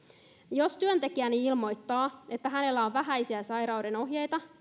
jos työntekijä ilmoittaa että hänellä on vähäisiä sairauden oireita